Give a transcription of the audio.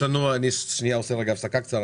אני שנייה עושה רגע הפסקה קצרה.